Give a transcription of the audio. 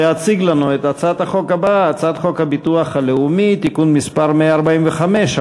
להציג לנו את הצעת החוק הבאה: הצעת חוק הביטוח הלאומי (תיקון מס' 145,